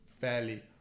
fairly